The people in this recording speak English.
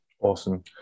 Awesome